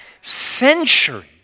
centuries